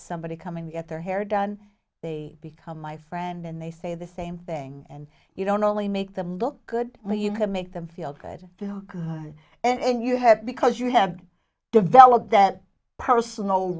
somebody coming to get their hair done they become my friend and they say the same thing and you don't only make them look good when you can make them feel good you know and you have because you have developed that personal